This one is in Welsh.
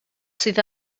sydd